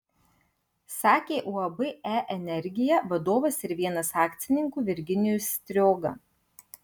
sakė uab e energija vadovas ir vienas akcininkų virginijus strioga